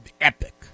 epic